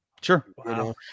Sure